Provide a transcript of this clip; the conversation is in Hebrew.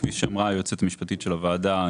כפי שאמרה היועצת המשפטית לוועדה,